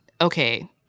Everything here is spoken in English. Okay